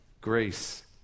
Grace